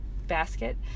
basket